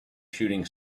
shooting